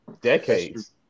decades